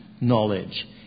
knowledge